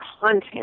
content